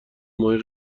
ماهی